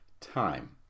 time